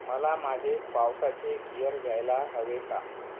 मला माझे पावसाचे गियर घ्यायला हवे का